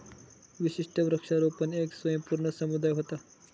विशिष्ट वृक्षारोपण येक स्वयंपूर्ण समुदाय व्हता